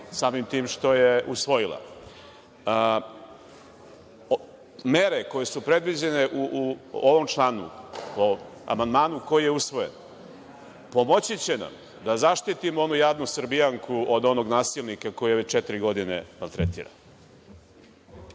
samim tim što je usvojila. Mere koje su predviđene u ovom članu, po amandmanu koji je usvojen, pomoći će nam da zaštitimo onu jadnu Srbijanku od onog nasilnika koji je već četiri godine maltretira.